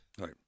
Right